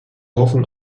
hoffen